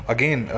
Again